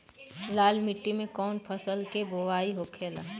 लाल मिट्टी में कौन फसल के बोवाई होखेला?